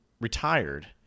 retired